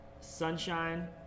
Sunshine